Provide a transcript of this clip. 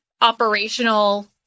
operational